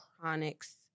Chronics